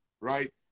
right